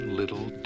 little